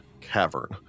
cavern